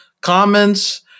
comments